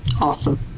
Awesome